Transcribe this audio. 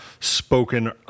spoken